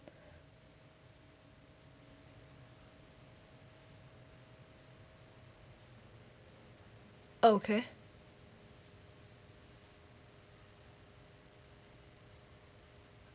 okay